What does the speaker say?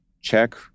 check